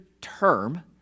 term